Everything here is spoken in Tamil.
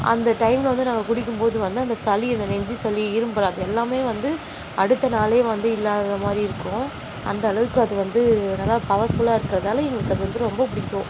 அந்த டைமில் வந்து நாங்கள் குடிக்கும்போது வந்து அந்த சளி அந்த நெஞ்சு சளி இரும்மல் அது எல்லாமே வந்து அடுத்த நாளே வந்து இல்லாத மாதிரி இருக்கும் அந்தளவுக்கு அது வந்து நல்லா பவர்ஃபுல்லாக இருக்கிறதால எங்களுக்கு அது வந்து ரொம்ப பிடிக்கும்